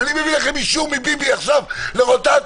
אם אני מביא לכם אישור מביב עכשיו לרוטציה,